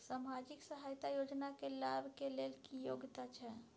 सामाजिक सहायता योजना के लाभ के लेल की योग्यता छै?